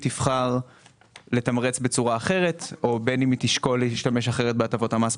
תבחר לתמרץ בצורה אחרת או להשתמש בצורה אחרת בהטבות המס,